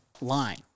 line